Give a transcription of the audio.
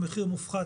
מחיר מופחת,